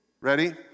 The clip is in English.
Ready